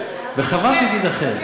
וחבל שהיא תידחה,